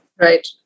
right